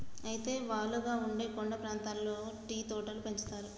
అయితే వాలుగా ఉండే కొండ ప్రాంతాల్లో టీ తోటలు పెంచుతారు